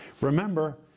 Remember